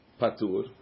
patur